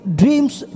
dreams